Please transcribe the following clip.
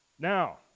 Now